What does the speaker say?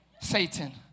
Satan